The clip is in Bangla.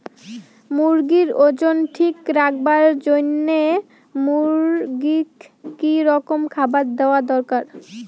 মুরগির ওজন ঠিক রাখবার জইন্যে মূর্গিক কি রকম খাবার দেওয়া দরকার?